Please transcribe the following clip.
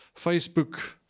Facebook